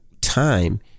time